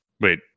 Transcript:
Wait